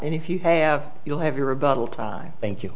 and if you have you'll have your rebuttal time thank you